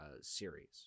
series